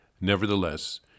Nevertheless